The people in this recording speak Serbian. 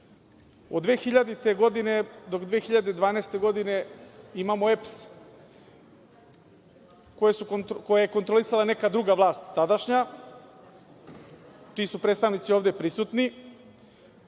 Od 2000.-2012. godine imamo EPS koji je kontrolisala neka druga vlast, tadašnja, čiji su predstavnici ovde prisutni.